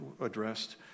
addressed